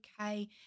okay